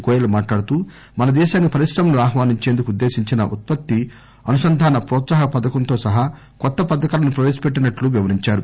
గోయల్ మాట్టాడుతూ మనదేశానికి పరిశ్రమలను ఆహ్వానించేందుకు ఉద్దేశించిన ఉత్పత్తి అనుసంధాన వ్రోత్సాహ పథకంతో సహా కొత్త పథకాలను ప్రవేశపెట్టినట్టు వివరించారు